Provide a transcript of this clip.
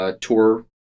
tour